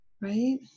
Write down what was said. right